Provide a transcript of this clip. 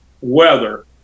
weather